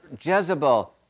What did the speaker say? Jezebel